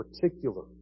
particular